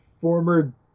former